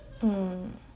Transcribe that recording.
mm